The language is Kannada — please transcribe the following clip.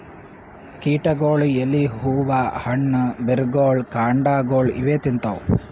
ಕೀಟಗೊಳ್ ಎಲಿ ಹೂವಾ ಹಣ್ಣ್ ಬೆರ್ಗೊಳ್ ಕಾಂಡಾಗೊಳ್ ಇವೇ ತಿಂತವ್